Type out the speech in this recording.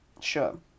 Sure